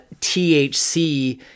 THC